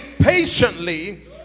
patiently